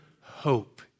hope